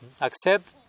Accept